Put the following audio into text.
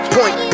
Point